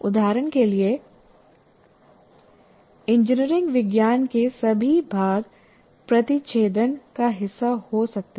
उदाहरण के लिए इंजीनियरिंग विज्ञान के सभी भाग प्रतिच्छेदन का हिस्सा हो सकते हैं